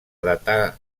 datar